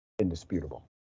indisputable